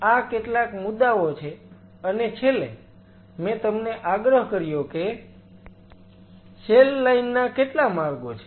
તેથી આ કેટલાક મુદ્દાઓ છે અને છેલ્લે મેં તમને આગ્રહ કર્યો કે સેલ લાઈન ના કેટલા માર્ગો છે